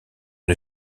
une